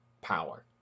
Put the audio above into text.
power